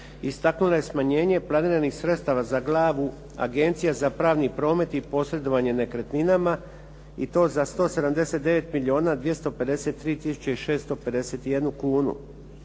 istaknula je smanjenje planiranih sredstava za glavu Agencija za pravni promet i posredovanje nekretninama i to za 179 milijuna 253 i 651 kunu.